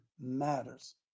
matters